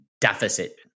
deficit